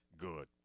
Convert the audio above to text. good